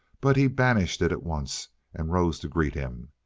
but he banished it at once and rose to greet him.